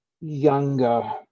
younger